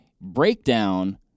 breakdown